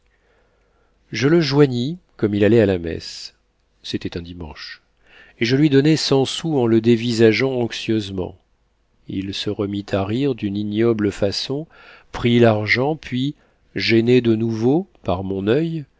je le joignis comme il allait à la messe c'était un dimanche et je lui donnai cent sous en le dévisageant anxieusement il se remit à rire d'une ignoble façon prit l'argent puis gêné de nouveau par mon oeil